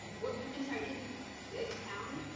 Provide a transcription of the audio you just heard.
what i'm sorry, could you expound?